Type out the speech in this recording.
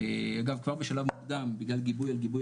אגב כבר בשלב מוקדם בגלל גיבוי על גיבוי